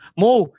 mo